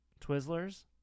Twizzlers